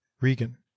Regan